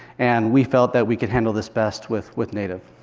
and we felt that we could handle this best with with native.